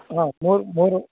ಹಾಂ ಮೂರು ಮೂರು